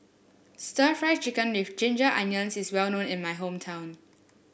stir Fry Chicken with Ginger Onions is well known in my hometown